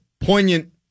poignant